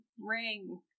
ring